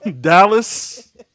Dallas